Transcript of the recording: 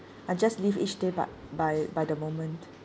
I just live each day but by by the moment